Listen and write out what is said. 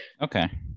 Okay